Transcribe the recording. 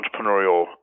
entrepreneurial